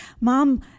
Mom